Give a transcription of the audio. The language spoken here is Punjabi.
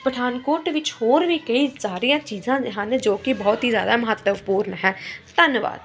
ਪਠਾਨਕੋਟ ਵਿੱਚ ਹੋਰ ਵੀ ਕਈ ਸਾਰੀਆਂ ਚੀਜ਼ਾਂ ਹਨ ਜੋ ਕਿ ਬਹੁਤ ਹੀ ਜ਼ਿਆਦਾ ਮਹੱਤਵਪੂਰਨ ਹੈ ਧੰਨਵਾਦ